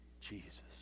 Jesus